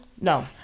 no